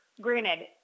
granted